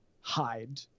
hide